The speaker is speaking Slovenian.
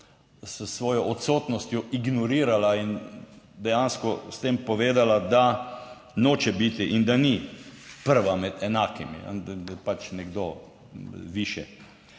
s svojo odsotnostjo ignorirala in dejansko s tem povedala, da noče biti in da ni prva med enakimi, da je pač nekdo višek.